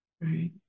Right